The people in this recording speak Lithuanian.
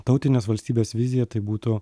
tautinės valstybės vizija tai būtų